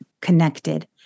connected